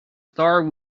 store